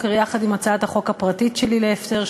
יחד עם הצעת החוק הפרטית שלי להפטר,